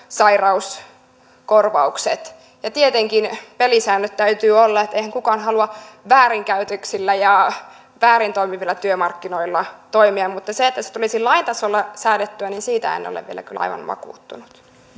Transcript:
sairauskorvaukset ja tietenkin pelisäännöt täytyy olla että eihän kukaan halua väärinkäytöksillä ja väärin toimivilla työmarkkinoilla toimia mutta siitä että se tulisi lain tasolla säädettyä en ole vielä kyllä aivan vakuuttunut